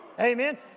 Amen